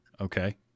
Okay